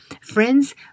Friends